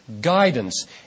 guidance